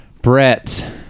Brett